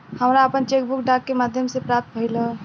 हमरा आपन cheque book डाक के माध्यम से प्राप्त भइल ह